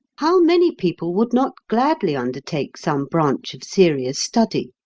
how many people would not gladly undertake some branch of serious study,